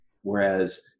Whereas